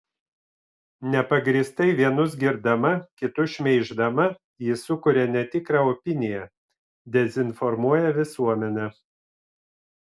nepagrįstai vienus girdama kitus šmeiždama ji sukuria netikrą opiniją dezinformuoja visuomenę